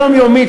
יומיומית,